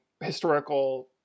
historical